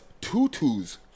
Tutu's